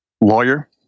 Lawyer